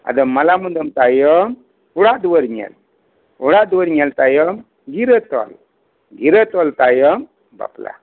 ᱟᱫᱚ ᱢᱟᱞᱟ ᱢᱩᱫᱟᱹᱢ ᱛᱟᱭᱚᱢ ᱚᱲᱟᱜ ᱫᱩᱭᱟᱹᱨ ᱧᱮᱞ ᱚᱲᱟᱜ ᱫᱩᱭᱟᱹᱨ ᱧᱮᱞ ᱛᱟᱭᱚᱢ ᱜᱤᱨᱟᱹ ᱛᱚᱞ ᱜᱤᱨᱟᱹ ᱛᱚᱞ ᱛᱟᱭᱚᱢ ᱵᱟᱯᱞᱟ